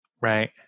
Right